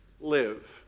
live